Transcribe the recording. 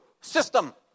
system